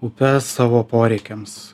upes savo poreikiams